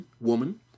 woman